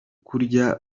kurya